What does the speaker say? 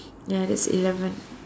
ya that's eleven